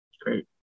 Great